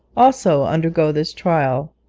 also undergo this trial.